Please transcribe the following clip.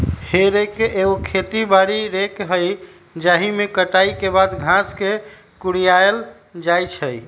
हे रेक एगो खेती बारी रेक हइ जाहिमे कटाई के बाद घास के कुरियायल जाइ छइ